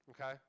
Okay